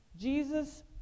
Jesus